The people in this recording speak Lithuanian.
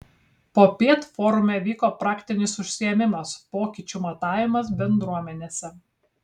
popiet forume vyko praktinis užsiėmimas pokyčių matavimas bendruomenėse